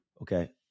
Okay